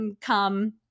come